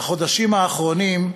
בחודשים האחרונים,